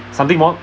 something more